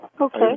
Okay